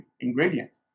ingredients